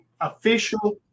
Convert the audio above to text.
official